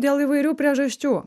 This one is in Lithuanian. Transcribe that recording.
dėl įvairių priežasčių